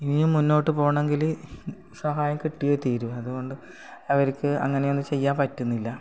ഇനിയും മുന്നോട്ട് പോവണമെങ്കിൽ സഹായം കിട്ടിയേ തീരൂ അതുകൊണ്ട് അവർക്ക് അങ്ങനെ ഒന്നും ചെയ്യാൻ പറ്റുന്നില്ല